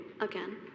again